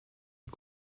est